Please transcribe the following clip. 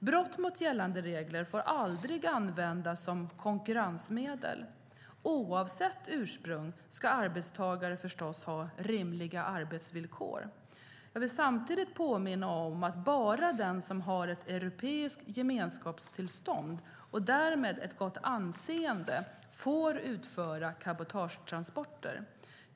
Brott mot gällande regler får aldrig användas som konkurrensmedel. Oavsett ursprung ska arbetstagare förstås ha rimliga arbetsvillkor. Jag vill samtidigt påminna om att bara den som har ett europeiskt gemenskapstillstånd och därmed ett gott anseende får utföra cabotagetransporter.